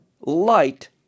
light